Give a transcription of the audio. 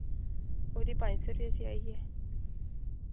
ओह्दी पंज सौ रपेऽ सेआई ऐ